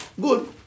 Good